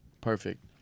perfect